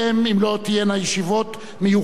אם לא תהיינה ישיבות מיוחדות,